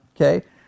Okay